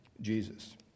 Jesus